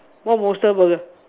where monster burger